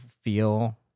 feel